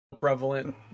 prevalent